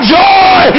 joy